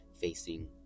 facing